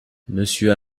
monsieur